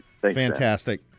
Fantastic